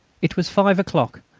it was five o'clock,